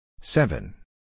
Seven